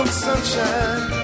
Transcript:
Sunshine